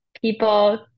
people